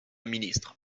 ministre